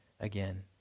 again